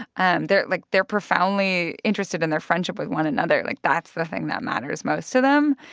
and they're like, they're profoundly interested in their friendship with one another, like, that's the thing that matters most to them.